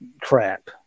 crap